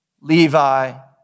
Levi